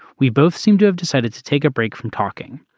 we both seem to have decided to take a break from talking.